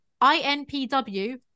i-n-p-w